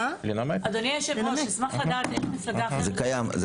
אדוני היושב ראש, אני אשמח לדעת איפה זה קיים.